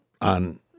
on